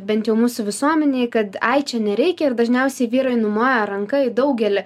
bent jau mūsų visuomenėj kad ai čia nereikia ir dažniausiai vyrai numoja ranka į daugelį